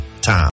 time